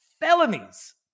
felonies